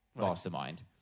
Mastermind